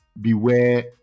Beware